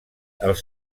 els